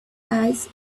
eyes